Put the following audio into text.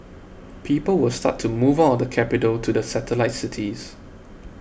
people will start to move out the capital to the satellite cities